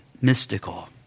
mystical